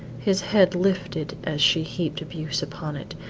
his head lifted as she heaped abuse upon it,